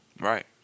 Right